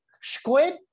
squid